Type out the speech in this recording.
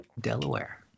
Delaware